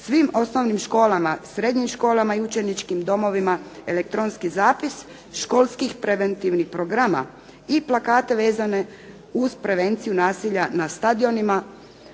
svim osnovnim školama, srednjim školama i učeničkim domovima, elektronski zapisa školskih preventivnih programa i plakate vezane uz prevenciju nasilja na stadionima,